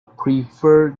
prefer